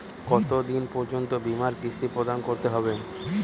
কতো দিন পর্যন্ত বিমার কিস্তি প্রদান করতে হবে?